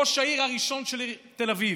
ראש העיר הראשון של העיר תל אביב,